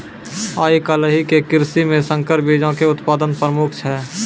आइ काल्हि के कृषि मे संकर बीजो के उत्पादन प्रमुख छै